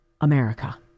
America